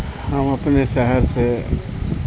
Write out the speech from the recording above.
ہم اپنے شہر سے